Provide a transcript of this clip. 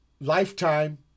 Lifetime